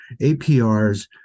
aprs